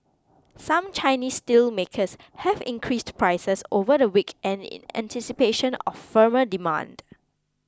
some Chinese steelmakers have increased prices over the week and in anticipation of firmer demand